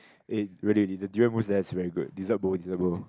it really the durian mousse there is very good Dessert Bowl Dessert Bowl